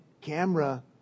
camera